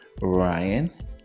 Ryan